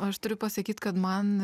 aš turiu pasakyt kad man